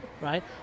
right